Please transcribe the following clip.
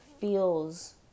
feels